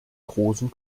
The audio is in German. großen